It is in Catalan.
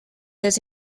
les